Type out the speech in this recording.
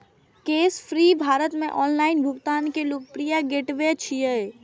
Cashfree Bharat मे online भुगतान के लोकप्रिय गेटवे छियै